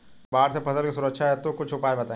बाढ़ से फसल के सुरक्षा हेतु कुछ उपाय बताई?